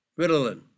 Ritalin